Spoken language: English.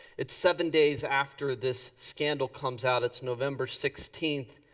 it's seven days after this scandal comes out. it's november sixteenth.